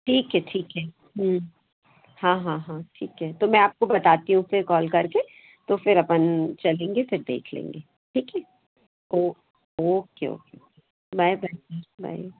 ठीक है ठीक है हाँ हाँ हाँ ठीक है तो मैं आपको बताती हूँ फिर कॉल कर के तो फिर अपन चलेंगे फिर देख लेंगे ठीक है okay okay bye bye bye